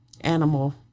animal